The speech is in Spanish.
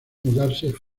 mudarse